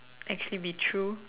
actually be true